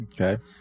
Okay